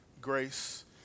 grace